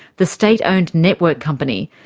the state-owned network company,